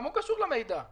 גם הוא קשור למידע.